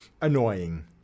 annoying